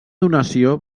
donació